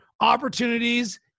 opportunities